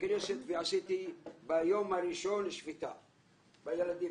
כנסת ועשיתי ביום הראשון שביתה לילדים,